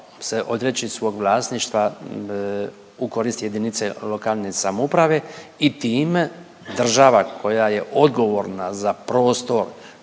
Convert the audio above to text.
se odreći svog vlasništva u korist jedinice lokalne samouprave i time država koja je odgovorna za prostor